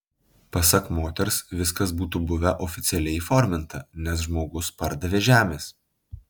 pasak moters viskas būtų buvę oficialiai įforminta nes žmogus pardavė žemės